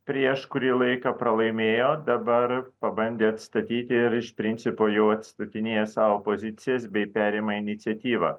prieš kurį laiką pralaimėjo dabar pabandė atstatyti ir iš principo jau atstatinėja savo pozicijas bei perima iniciatyvą